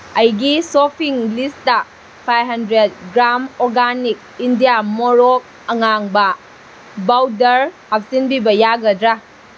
ꯑꯩꯒꯤ shopping list five hundred gram organic India ꯃꯣꯔꯣꯛ ꯑꯉꯥꯡꯕ ꯕꯥꯎꯗꯔ ꯍꯥꯞꯆꯤꯟꯕꯤꯕ ꯌꯥꯒꯗ꯭ꯔꯥ